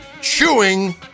chewing